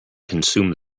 consume